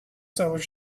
solar